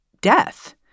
death